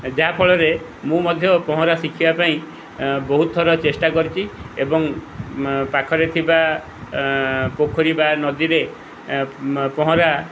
ଯାହାଫଳରେ ମୁଁ ମଧ୍ୟ ପହଁରା ଶିଖିବା ପାଇଁ ବହୁତ ଥର ଚେଷ୍ଟା କରିଛି ଏବଂ ପାଖରେ ଥିବା ପୋଖରୀ ବା ନଦୀରେ ପହଁରା